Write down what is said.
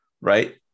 right